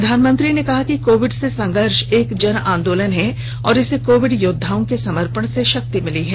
प्रधानमंत्री ने कहा कि कोविड से संघर्ष एक जन आंदोलन है और इसे कोविड योद्वाओं के समर्पण से शक्ति मिली है